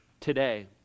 today